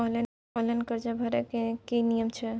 Online कर्जा भरै के की नियम छै?